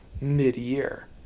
mid-year